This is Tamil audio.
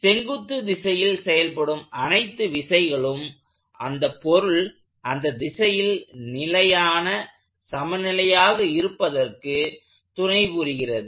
செங்குத்து திசையில் செயல்படும் அனைத்து விசைகளும் அந்த பொருள் அந்த திசையில் நிலையான சமநிலையாக இருப்பதற்கு துணைபுரிகிறது